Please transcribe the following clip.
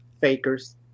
Fakers